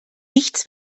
nichts